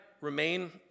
remain